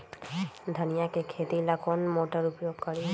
धनिया के खेती ला कौन मोटर उपयोग करी?